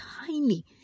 tiny